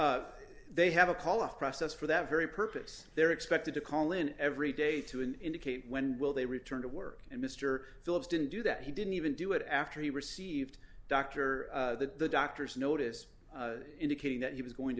begun they have a call a process for that very purpose they're expected to call in every day to an indicate when will they return to work and mr phillips didn't do that he didn't even do it after he received dr that the doctor's notice indicating that he was going